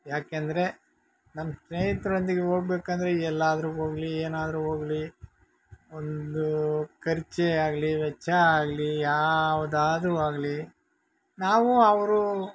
ಯಾಕೆಂದರೆ ನನ್ನ ಸ್ನೇಹಿತರೊಂದಿಗೆ ಹೋಗ್ಬೇಕಂದ್ರೆ ಎಲ್ಲಾದರೂ ಹೋಗಲಿ ಏನಾದರೂ ಹೋಗ್ಲಿ ಒಂದು ಖರ್ಚೇ ಆಗಲಿ ವೆಚ್ಚ ಆಗಲಿ ಯಾವುದಾದ್ರು ಆಗಲಿ ನಾವು ಅವರು